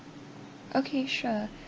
okay sure